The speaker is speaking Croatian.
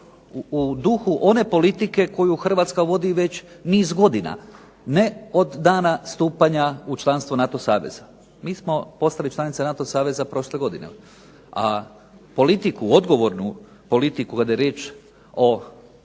u duhu one politike koju Hrvatska vodi već niz godina, ne od dana stupanja u članstvo NATO saveza. Mi smo postali članica NATO saveza prošle godine, a politiku, odgovornu politiku kad je riječ o